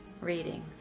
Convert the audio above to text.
reading